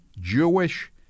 Jewish